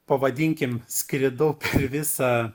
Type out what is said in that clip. pavadinkim skridau per visą